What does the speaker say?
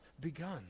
begun